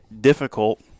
difficult